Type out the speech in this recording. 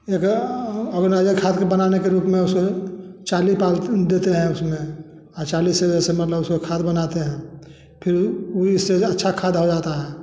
अगर उन्हें खाद बनाने के रूप में उसे पल देतें है उसमे अचाली से उसमें खाद बनाते हैं उसमे फिर उससे अच्छा खाद आ जाता है